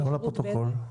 למה לפרוטוקול?